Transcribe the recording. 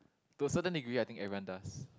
to a certain degree I think everyone does